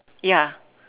ya